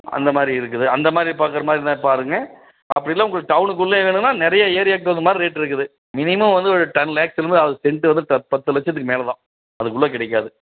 அந்த மாதிரி இருக்குது அந்த மாதிரி பார்க்கற மாதிரி இருந்தால் பாருங்க அப்படி இல்லை உங்களுக்கு டவுனுக்குள்ளே வேணுன்னா நிறைய ஏரியாக்கு தகுந்த மாதிரி ரேட்டு இருக்குது மினிமம் வந்து ஒரு டென் லேக்ஸ் செண்ட்டு வந்து த பத்து லட்சத்துக்கு மேலே தான் அதுக்குள்ளே கிடைக்காது